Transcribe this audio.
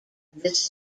this